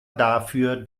dafür